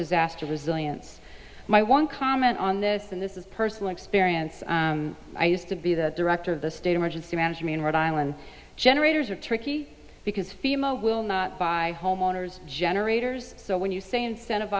disaster resilience my one comment on this and this is personal experience i used to be the director of the state emergency management rhode island generators are tricky because fema will not buy homeowner's generators so when you say in